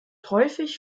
häufig